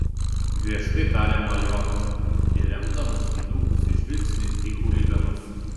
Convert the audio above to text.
griežtai tarė majoras įremdamas įdūkusį žvilgsnį į chuliganus